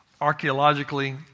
Archaeologically